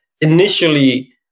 initially